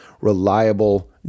reliable